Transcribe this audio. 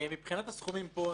מבחינת הסכומים פה,